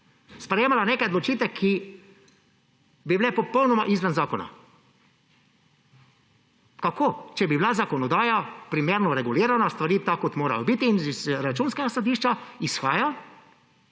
sprejemala neke odločitve, ki bi bile popolnoma izven zakona? Kako, če bi bila zakonodaja primerno regulirana, stvari tako, kot morajo biti. Iz Računskega sodišča izhaja